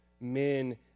men